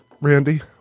Randy